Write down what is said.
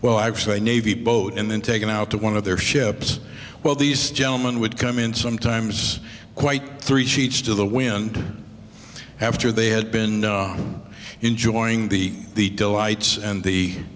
well actually navy boat and then taken out to one of their ships while these gentlemen would come in sometimes quite three sheets to the wind after they had been enjoying the the delights and the